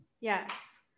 yes